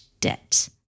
debt